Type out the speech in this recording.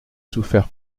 souffert